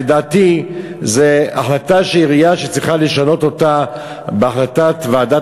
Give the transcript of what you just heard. לדעתי זו החלטה שהעירייה צריכה לשנות אותה בהחלטת ועדת